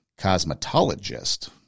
cosmetologist